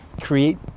create